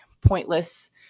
pointless